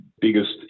biggest